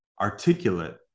articulate